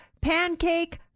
Pancake